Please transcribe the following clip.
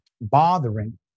bothering